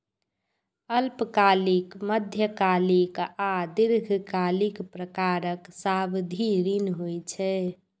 अल्पकालिक, मध्यकालिक आ दीर्घकालिक प्रकारक सावधि ऋण होइ छै